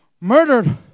Murdered